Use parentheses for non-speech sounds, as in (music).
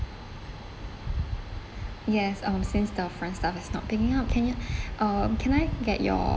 yes um seems the front staff is not picking up can you (breath) um can I get your